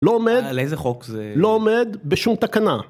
לא עומד. על איזה חוק זה? לא עומד בשום תקנה.